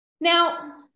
Now